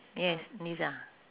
yes liza